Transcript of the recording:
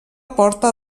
porta